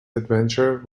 adventure